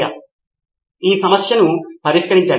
సరే దీని తరువాత తదుపరి దశ కాబట్టి మనము పూర్తి చేసాము